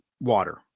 water